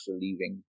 leaving